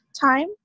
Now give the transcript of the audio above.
time